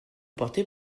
partez